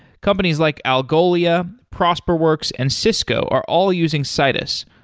companies like algolia, prosperworks and cisco are all using citus,